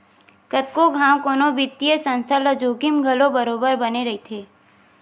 कतको घांव कोनो बित्तीय संस्था ल जोखिम घलो बरोबर बने रहिथे